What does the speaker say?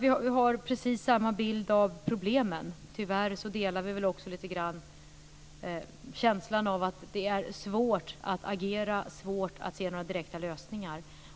Vi har precis samma bild av problemen. Tyvärr delar vi också lite grann känslan av att det är svårt att agera och svårt att se några direkta lösningar.